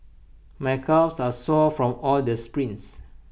my calves are sore from all the sprints